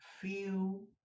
feel